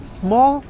small